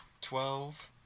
twelve